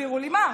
תסבירו לי, מה?